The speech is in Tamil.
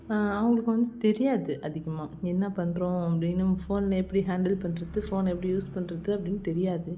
அவங்களுக்கு வந்து தெரியாது அதிகமாக என்ன பண்ணுறோம் அப்படின்னு ஃபோனில் எப்படி ஹேண்டில் பண்ணுறது ஃபோனை எப்படி யூஸ் பண்ணுறது அப்படின் தெரியாது